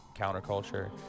counterculture